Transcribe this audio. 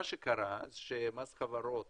מה שקרה שמס חברות